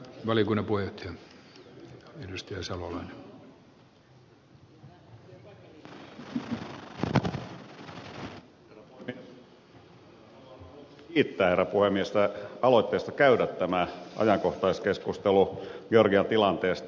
minä haluan kiittää herra puhemiestä aloitteesta käydä tämä ajankohtaiskeskustelu georgian tilanteesta